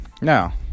now